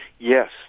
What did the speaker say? Yes